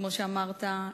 כמו שאמרת,